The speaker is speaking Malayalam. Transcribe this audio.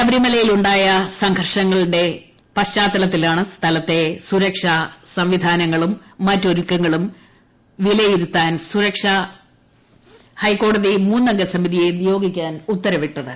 ശബരിമലയിലുണ്ടായ സംഘർഷങ്ങളുടെ പശ്ചാത്തലത്തിലാണ് സ്ഥലത്തെ സുരക്ഷ സംവിധാനങ്ങളും മറ്റ് ഒരുക്കങ്ങളും വിലയിരുത്താൻ ഹൈക്കോടതി മൂന്നംഗ സമിതിയെ നിയോഗിക്കാൻ ഉത്തരവിട്ടത്